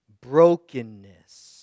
brokenness